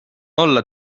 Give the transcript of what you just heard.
olla